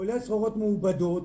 כולל סחורות מעובדות,